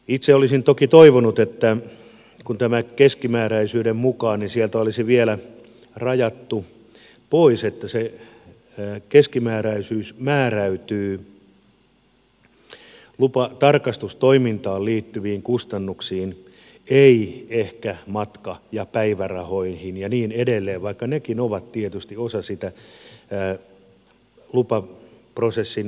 itse olisin toki toivonut kun tämän keskimääräisyyden mukaan sieltä olisi vielä rajattu pois että se keskimääräisyys määräytyy tarkastustoimintaan liittyviin kustannuksiin ei ehkä matka ja päivärahoihin ja niin edelleen vaikka nekin ovat tietysti osa sitä lupaprosessin hinnallisuutta